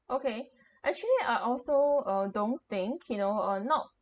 okay actually I also uh don't think you know uh not